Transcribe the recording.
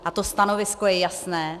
A to stanovisko je jasné.